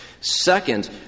Second